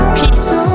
peace